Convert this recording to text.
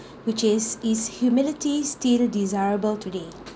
which is is humility still desirable today